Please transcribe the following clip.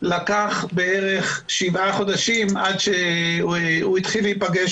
לקח בערך שבעה חודשים עד שהוא התחיל להיפגש